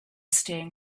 staring